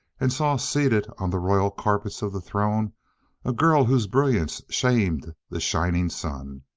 and saw seated on the royal carpets of the throne a girl whose brilliance shamed the shining sun.